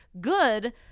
good